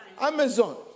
Amazon